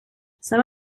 some